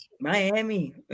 Miami